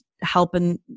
Helping